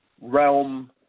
realm